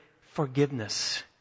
forgiveness